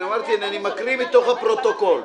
אני מקריא מתוך הפרוטוקול: